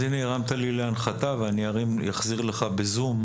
אז הנה הרמת לי להנחתה, ואני אחזיר לך בזום.